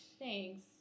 Thanks